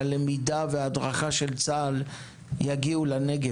הלמידה וההדרכה של צה"ל יגיעו לנגב.